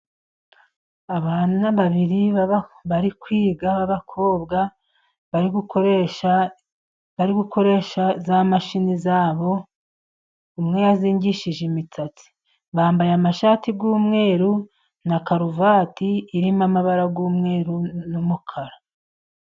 Abana babiri bari kwiga babakobwa bari gukoresha za mashini zabo. Umwe yazingishije imisatsi bambaye amashati y'umweru na karuvati irimo amabara y'umweru n'umukara.